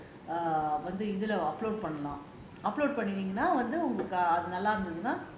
இதுல பண்ணலாம்:ithula pannalaam upload பண்ணுனீங்கனா வந்து அது நல்லா இருந்துதுனா:pannuneenganaa vanthu athu nallaa irunthathunaa